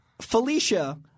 Felicia